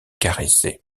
caresser